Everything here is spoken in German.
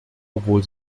obwohl